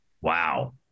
Wow